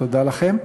תודה לכם.